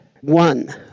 one